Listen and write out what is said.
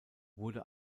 wurde